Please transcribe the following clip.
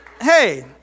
hey